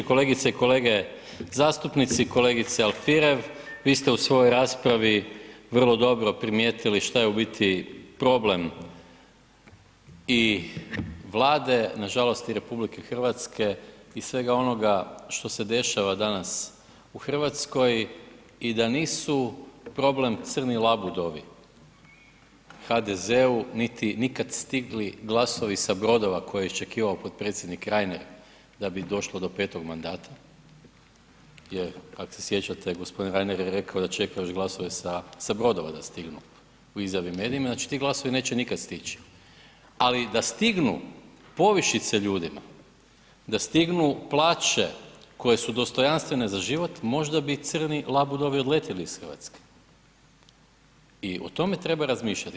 Kolegice i kolege zastupnici, kolegice Alfirev, vi ste u svojoj raspravi primijetili šta je u biti problem i Vlade, nažalost i RH i svega onoga što se dešava danas u Hrvatskoj i da nisu problem crni labudovi HDZ-u niti nikad stigli glasovi sa brodova koje je iščekivao potpredsjednik Reiner da bi došlo do petog mandata jer ako se sjećate g. Reiner je rekao da čeka još glasove sa brodova da stignu u izjavi medijima, znači ti glasovi neće nikad stići ali da stignu povišice ljudima, da stignu plaće koje su dostojanstvene za život, možda bi crni labudovi odletjeli iz Hrvatske i o tome treba razmišljati.